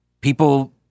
People